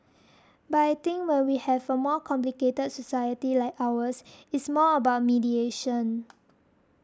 but I think when we have a more complicated society like ours it's more about mediation